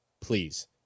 please